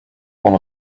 one